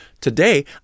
Today